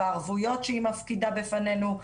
בערבויות שהיא מפקידה בפנינו.